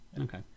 Okay